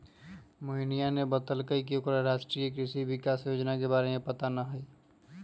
मोहिनीया ने बतल कई की ओकरा राष्ट्रीय कृषि विकास योजना के बारे में पता ना हई